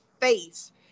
face